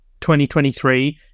2023